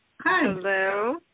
Hello